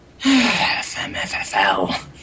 FMFFL